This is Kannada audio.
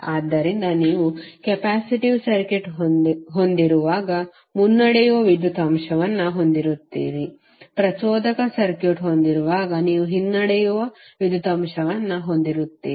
ಆದ್ದರಿಂದ ನೀವು ಕೆಪ್ಯಾಸಿಟಿವ್ ಸರ್ಕ್ಯೂಟ್ ಹೊಂದಿರುವಾಗ ಮುನ್ನಡೆಯುವ ವಿದ್ಯುತ್ ಅಂಶವನ್ನು ಹೊಂದಿರುತ್ತೀರಿ ಪ್ರಚೋದಕ ಸರ್ಕ್ಯೂಟ್ ಹೊಂದಿರುವಾಗ ನೀವು ಹಿನ್ನಡೆಯುವ ವಿದ್ಯುತ್ ಅಂಶವನ್ನು ಹೊಂದಿರುತ್ತೀರಿ